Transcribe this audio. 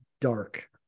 dark